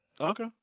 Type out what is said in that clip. Okay